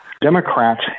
democrats